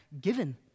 given